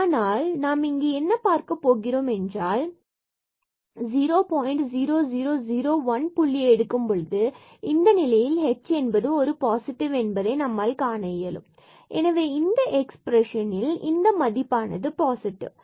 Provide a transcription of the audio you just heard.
ஆனால் நாம் இங்கு என்ன பார்க்கப் போகிறோம் என்றால் இந்த 0001 புள்ளியை எடுக்கும் பொழுது இந்த நிலையில் h என்பது ஒரு பாசிட்டிவ் என்று நம்மால் காண இயலும் எனவே இந்த எக்ஸ்பிரஷன் இன் இந்த மதிப்பானது பாசிட்டிவ்